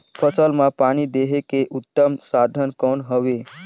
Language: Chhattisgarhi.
फसल मां पानी देहे के उत्तम साधन कौन हवे?